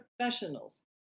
professionals